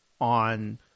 on